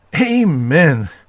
Amen